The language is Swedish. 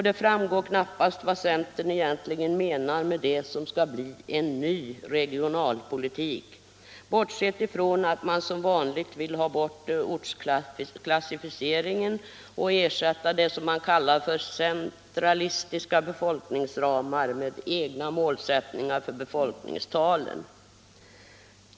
Det framgår knappast vad centern egentligen menar med det som skall bli en ny regionalpolitik — bortsett från att man som vanligt vill ha bort ortsklassificeringen och ersätta det som man kallar centralistiska befolkningsramar med egna målsättningar för befolkningstalen.